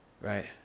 right